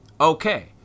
Okay